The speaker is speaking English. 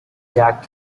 jack